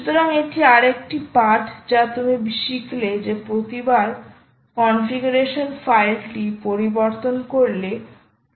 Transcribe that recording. সুতরাং এটি আরেকটি পাঠ যা তুমি শিখলে যে প্রতিবার কনফিগারেশন ফাইলটি পরিবর্তন করলে পুনরায় চালু করতে হবে